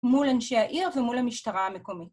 מול אנשי העיר ומול המשטרה המקומית.